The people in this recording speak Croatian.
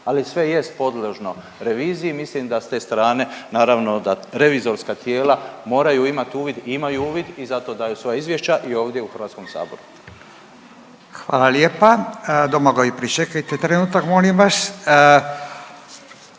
ali sve jest podložno reviziji. Mislim da s te strane naravno da revizorska tijela moraju imati uvid, imaju uvid i zato daju svoja izvješća i ovdje u Hrvatskom saboru. **Radin, Furio (Nezavisni)** Hvala lijepa. Domagoj pričekajte trenutak molim vas.